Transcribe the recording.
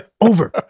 over